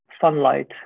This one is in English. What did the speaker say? sunlight